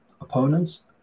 opponents